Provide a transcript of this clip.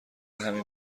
همین